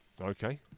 Okay